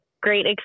great